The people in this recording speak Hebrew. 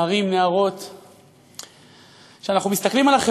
הצעה לסדר-היום מס' 4350. השר לא נמצא כאן,